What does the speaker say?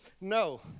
no